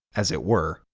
as it were,